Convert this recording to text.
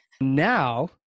Now